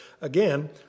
Again